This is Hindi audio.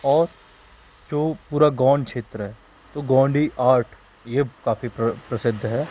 और जो पूरा गोंड क्षेत्र है तो गौंडी आर्ट यह काफ़ी प्र प्रसिद्ध है